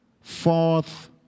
fourth